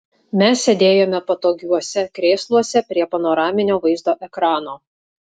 mes sėdėjome patogiuose krėsluose prie panoraminio vaizdo ekrano